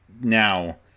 now